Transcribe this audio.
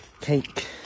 cake